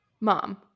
Mom